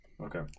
Okay